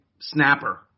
snapper